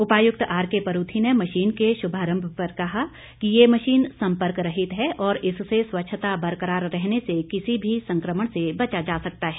उपायुक्त R K Paruthi ने machine के श्भारंभ पर कहा कि ये मशीन संपर्क रहित है और इससे स्वच्छता बरकरार रहने से किसी भी संकमण से बचा जा सकता है